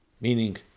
meaning